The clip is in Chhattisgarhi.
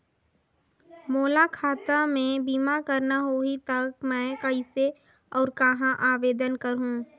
मोला खाता मे बीमा करना होहि ता मैं कइसे और कहां आवेदन करहूं?